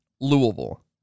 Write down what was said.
Louisville